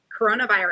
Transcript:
coronavirus